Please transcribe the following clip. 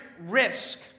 risk